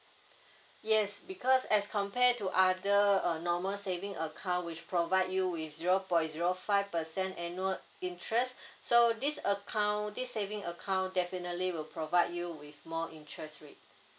yes because as compare to other uh normal saving account which provide you with zero point zero five percent annual interest so this account this saving account definitely will provide you with more interest rate